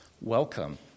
welcome